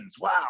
Wow